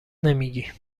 نمیگی